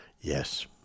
yes